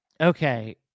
Okay